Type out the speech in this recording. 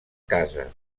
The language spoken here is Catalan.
cases